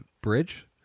bridge